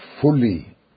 fully